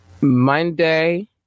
Monday